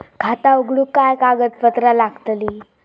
खाता उघडूक काय काय कागदपत्रा लागतली?